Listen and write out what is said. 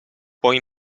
poi